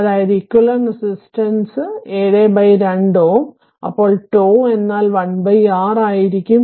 അതായതു equivalent resistance 72 Ω ആണ് അപ്പോൾ τ എന്നാൽ 1 R ആയിരിക്കും